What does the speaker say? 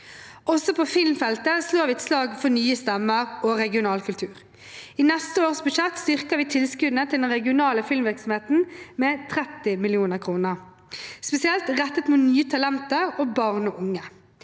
Også på filmfeltet slår vi et slag for nye stemmer og regional kultur. I neste års budsjett styrker vi tilskuddene til den regionale filmvirksomheten med 30 mill. kr, spesielt rettet mot nye talenter og barn og unge.